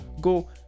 Go